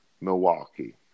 Milwaukee